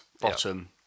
Bottom